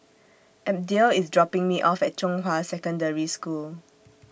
Abdiel IS dropping Me off At Zhonghua Secondary School